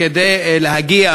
כדי להגיע